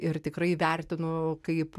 ir tikrai vertinu kaip